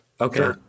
Okay